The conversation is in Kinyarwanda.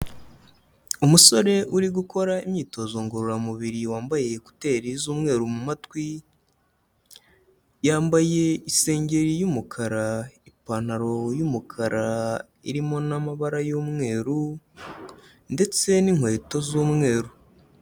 Umusore uri gukora imyitozo ngororamubiri wambaye ekuteri z'umweru mu matwi, yambaye isengeri y'umukara, ipantaro y'umukara irimo n'amabara y'umweru ndetse n'inkweto z'umweru.